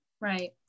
Right